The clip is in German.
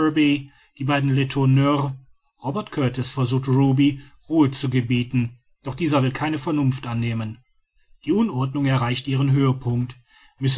die beiden letourneur robert kurtis versucht ruby ruhe zu gebieten doch dieser will keine vernunft annehmen die unordnung erreicht ihren höhepunkt